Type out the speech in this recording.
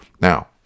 Now